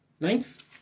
Ninth